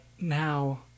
now